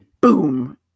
boom